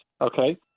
okay